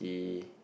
he